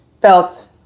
felt